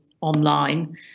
online